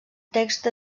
text